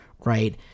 right